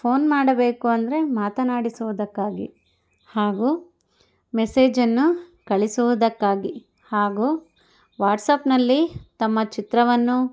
phone ಮಾಡಬೇಕು ಅಂದರೆ ಮಾತನಾಡಿಸೋದಕ್ಕಾಗಿ ಹಾಗು ಮೆಸೇಜನ್ನು ಕಳಿಸುವುದಕ್ಕಾಗಿ ಹಾಗು ವಾಟ್ಸ್ಯಾಪ್ಪಿನಲ್ಲಿ ತಮ್ಮ ಚಿತ್ರವನ್ನು